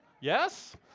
Yes